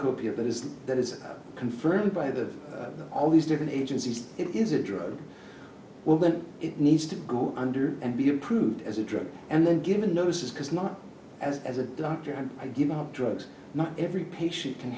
that is that is confirmed by the all these different agencies it is a drug well that it needs to go under and be approved as a drug and then given notices because not as as a doctor and i give up drugs not every patient can